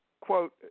quote